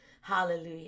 Hallelujah